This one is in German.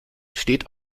steht